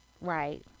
Right